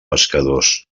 pescadors